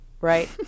Right